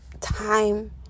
time